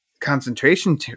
concentration